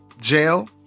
jail